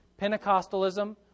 Pentecostalism